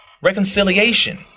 reconciliation